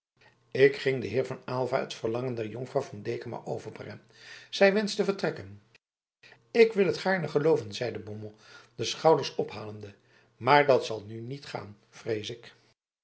ik ging den heer van aylva het verlangen der jonkvrouw van dekama overbrengen zij wenscht te vertrekken ik wil het gaarne gelooven zeide beaumont de schouders ophalende maar dat zal nu niet gaan vrees ik